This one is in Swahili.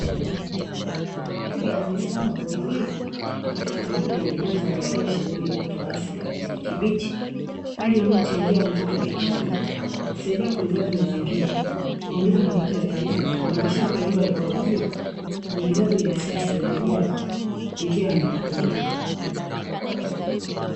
Twiga amesimama kwa utulivu katika mbuga yenye mandhari yaliyoshamiri uoto wa asili wa kijani kibichi; hali inayochangia mvuto wa kitalii, kusaidia kuhifadhi mazingira, kuongeza mapato ya taifa na kuimarisha utalii wa ikolojia kwa vizazi vya sasa na vijavyo kupitia wanyamapori.